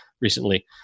recently